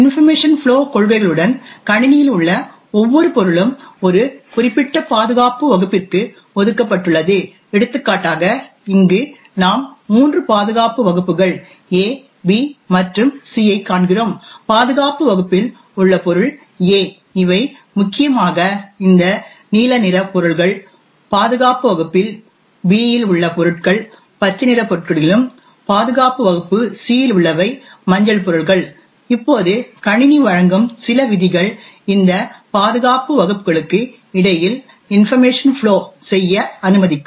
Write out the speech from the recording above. information flow கொள்கைகளுடன் கணினியில் உள்ள ஒவ்வொரு பொருளும் ஒரு குறிப்பிட்ட பாதுகாப்பு வகுப்பிற்கு ஒதுக்கப்பட்டுள்ளது எடுத்துக்காட்டாக இங்கு நாம் மூன்று பாதுகாப்பு வகுப்புகள் A B மற்றும் C ஐக் காண்கிறோம் பாதுகாப்பு வகுப்பில் உள்ள பொருள் A இவை முக்கியமாக இந்த நீல நிற பொருள்கள் பாதுகாப்பு வகுப்பில் B இல் உள்ள பொருட்கள் பச்சை நிற பொருட்களிலும் பாதுகாப்பு வகுப்பு C இல் உள்ளவை மஞ்சள் பொருள்கள் இப்போது கணினி வழங்கும் சில விதிகள் இந்த பாதுகாப்பு வகுப்புகளுக்கு இடையில் இன்பர்மேஷன்களை ஃப்ளோ செய்ய அனுமதிக்கும்